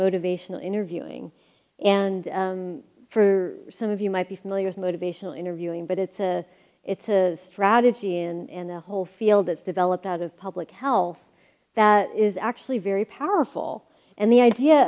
motivational interviewing and for some of you might be familiar with motivational interviewing but it's a it's a strategy and a whole field that's developed out of public health that is actually very powerful and the idea